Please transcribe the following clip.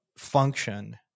function